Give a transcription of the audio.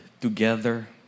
together